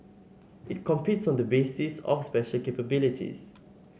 it competes on the basis of special capabilities